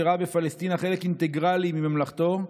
שראה בפלשתינה חלק אינטגרלי מממלכתו,